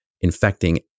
infecting